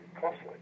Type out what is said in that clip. costly